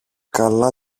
καλά